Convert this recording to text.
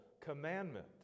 commandment